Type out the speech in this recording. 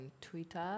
Twitter